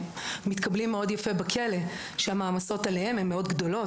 ומתקבלים מאוד יפה בכלא שהמעמסות עליהם הן מאוד גדולות,